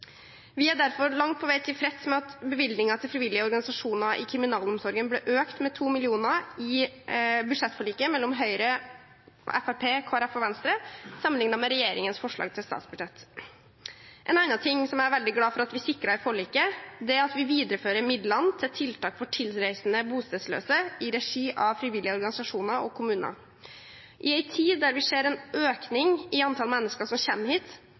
Vi er derfor langt på vei tilfreds med at bevilgningen til frivillige organisasjoner i kriminalomsorgen ble økt med 2 mill. kr i budsjettforliket mellom Høyre, Fremskrittspartiet, Kristelig Folkeparti og Venstre sammenlignet med regjeringens forslag til statsbudsjett. En annen ting som jeg er veldig glad for at vi sikret i forliket, er at vi viderefører midlene til tiltak for tilreisende bostedsløse i regi av frivillige organisasjoner og kommuner. I en tid der vi ser en økning i antall mennesker som kommer hit,